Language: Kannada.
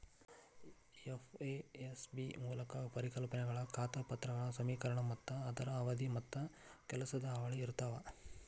ಎಫ್.ಎ.ಎಸ್.ಬಿ ಮೂಲ ಪರಿಕಲ್ಪನೆಗಳ ಖಾತಾ ಲೆಕ್ಪತ್ರ ಸಮೇಕರಣ ಮತ್ತ ಅದರ ಅವಧಿ ಮತ್ತ ಕೆಲಸದ ಹಾಳಿ ಇರ್ತಾವ